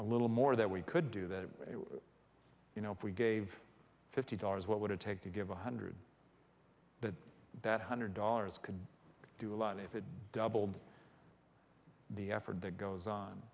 a little more that we could do that you know if we gave fifty dollars what would it take to give one hundred but that hundred dollars could do a lot if it doubled the effort that goes on